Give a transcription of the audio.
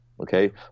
Okay